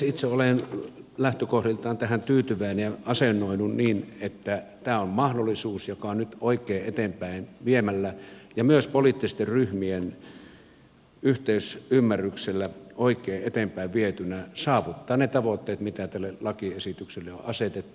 itse olen lähtökohtaisesti tähän tyytyväinen ja asennoidun niin että tämä on mahdollisuus joka nyt oikein eteenpäinvietynä ja myös poliittisten ryhmien yhteisymmärryksellä oikein eteenpäinvietynä saavuttaa ne tavoitteet mitä tälle lakiesitykselle on asetettu